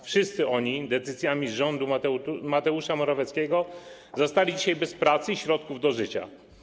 Wszyscy oni decyzjami rządu Mateusza Morawieckiego zostali dzisiaj bez pracy i środków do życia.